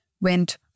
went